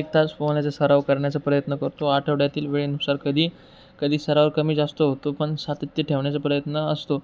एक तास पोहण्याचा सराव करण्याचा प्रयत्न करतो आठवड्यातील वेळेनुसार कधी कधी सराव कमीजास्त होतो पण सातत्य ठेवण्याचा प्रयत्न असतो